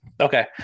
Okay